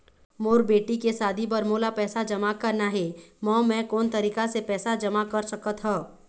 मोर बेटी के शादी बर मोला पैसा जमा करना हे, म मैं कोन तरीका से पैसा जमा कर सकत ह?